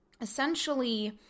Essentially